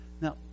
Now